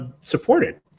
supported